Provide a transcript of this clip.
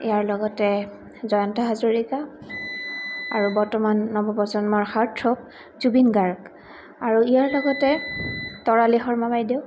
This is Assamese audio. ইয়াৰ লগতে জয়ন্ত হাজৰিকা আৰু বৰ্তমান নৱপ্ৰজন্মৰ হাৰ্ট থ্ৰপ জুবিন গাৰ্গ আৰু ইয়াৰ লগতে তৰালি শৰ্মা বাইদেউ